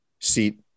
seat